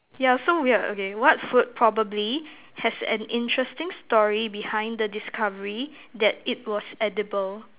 yeah so weird okay what food probably has an interesting story behind the discovery that it was edible